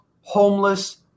homeless